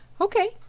Okay